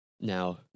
Now